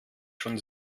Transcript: schon